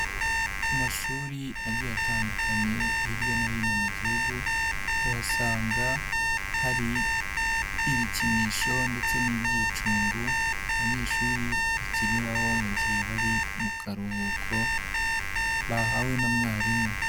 Ku mashuri agiye atandukanye hirya no hino mu Gihugu, uhasanga hari ibikinisho ndetse n'ibyicungo abanyeshuri bakiniraho mu gihe bari mu karuhuko bahawe na mwarimu.